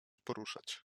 poruszać